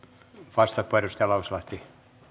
arvoisa